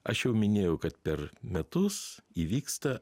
aš jau minėjau kad per metus įvyksta